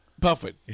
Buffett